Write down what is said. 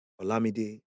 Olamide